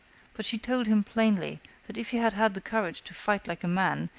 but she told him plainly that if he had had the courage to fight like a man,